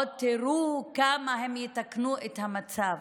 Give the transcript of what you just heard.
עוד תראו כמה הם יתקנו את המצב.